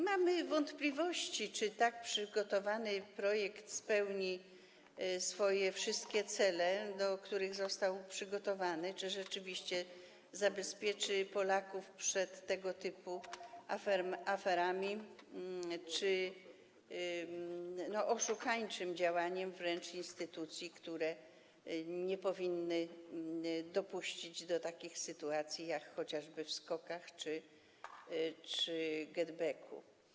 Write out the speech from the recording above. Mamy wątpliwości, czy tak przygotowany projekt spełni wszystkie cele, do których został przygotowany, czy rzeczywiście zabezpieczy Polaków przed tego typu aferami czy wręcz oszukańczym działaniem instytucji, które nie powinny dopuścić do takich sytuacji, jak chociażby w przypadku SKOK-ów czy GetBacku.